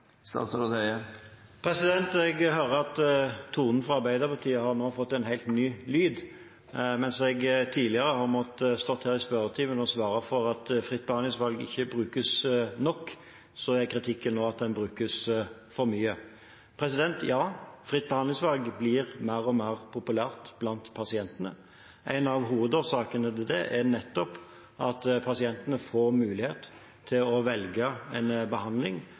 Jeg hører at tonen fra Arbeiderpartiet nå har fått en helt ny lyd. Mens jeg tidligere har måttet stå her i spørretimen og svare for at fritt behandlingsvalg ikke brukes nok, er kritikken nå at det brukes for mye. Ja, fritt behandlingsvalg blir mer og mer populært blant pasientene. En av hovedårsakene til det er nettopp at pasientene får mulighet til å velge en behandling